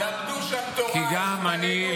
למדו שם תורה, התפללו.